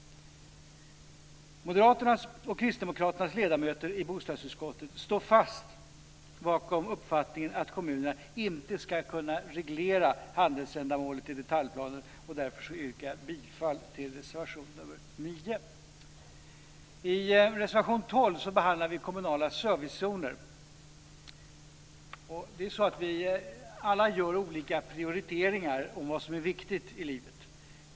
Moderaternas och Kristdemokraternas ledamöter i bostadsutskottet står fast vid uppfattningen att kommunerna inte ska kunna reglera handelsändamålet i detaljplaner, och därför yrkar jag bifall till reservation I reservation 12 behandlas kommunala servicezoner. Vi gör alla olika prioriteringar av vad som är viktigt i livet.